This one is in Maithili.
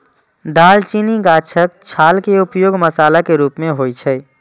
दालचीनी गाछक छाल के उपयोग मसाला के रूप मे होइ छै